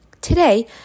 Today